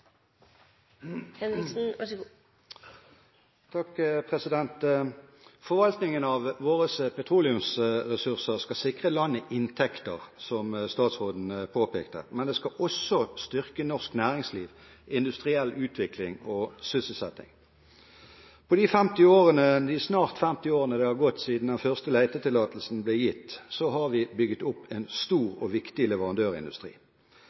Forvaltningen av petroleumsressursene våre skal sikre landet inntekter, som statsråden påpekte, men den skal også styrke norsk næringsliv, industriell utvikling og sysselsetting. På de snart 50 årene som har gått siden den første letetillatelsen ble gitt, har vi bygd opp en stor og viktig leverandørindustri.